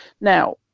Now